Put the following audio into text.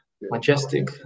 majestic